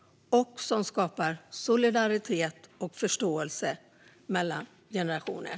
Det skapar solidaritet och förståelse mellan generationer.